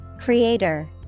Creator